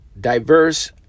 diverse